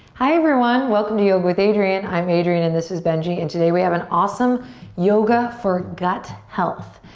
hi everyone, welcome to yoga with adriene. i'm adriene and this is benji and today we have an awesome yoga for gut health,